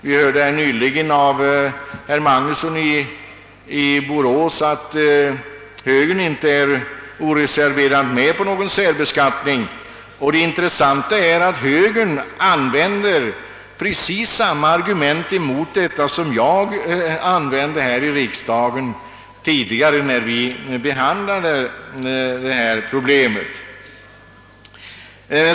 och det föreföll nyss av herr Magnussons i Borås anförande som om högern inte oreserverat är med på definitiv generell särbeskattning. Det intressanta är emellertid att högern nu använder precis samma argumentering mot mittenpartiernas förslag som jag tidigare gjorde när vi behandlade dessa problem här i riksdagen.